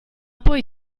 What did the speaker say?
poi